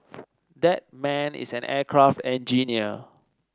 that man is an aircraft engineer